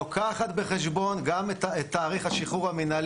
לוקחת בחשבון גם את תאריך השחרור המנהלי.